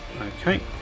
Okay